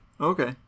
okay